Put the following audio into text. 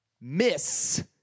Miss